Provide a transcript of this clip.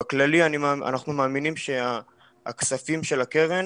בכללי אנחנו מאמינים שהכספים של הקרן